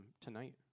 tonight